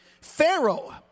Pharaoh